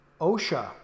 OSHA